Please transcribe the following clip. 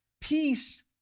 Peace